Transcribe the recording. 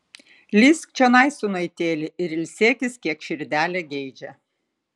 lįsk čionai sūnaitėli ir ilsėkis kiek širdelė geidžia